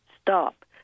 Stop